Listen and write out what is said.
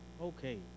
Okay